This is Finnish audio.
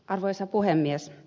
arvoisa puhemies